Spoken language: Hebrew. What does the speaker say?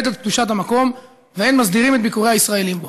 את קדושת המקום ואין מסדירים את ביקורי הישראלים בו?